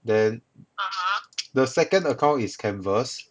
then the second account is canvas